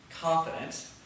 confident